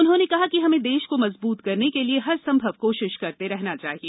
उन्होंने कहा कि हमें देश को मजबूत करने के लिए हर संभव कोशिश करते रहना चाहिए